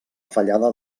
fallada